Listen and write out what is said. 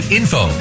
info